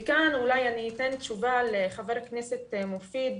כאן אולי אני אתן תשובה לחבר הכנסת מופיד